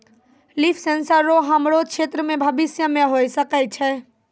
लिफ sensor रो हमरो क्षेत्र मे भविष्य मे होय सकै छै